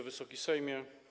Wysoki Sejmie!